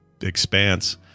expanse